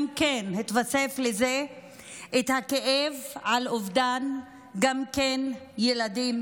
עדיין, וגם התווסף לזה הכאב על אובדן של ילדים,